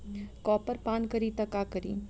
Copper पान करी त का करी?